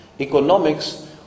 Economics